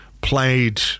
played